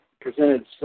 presented